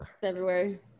February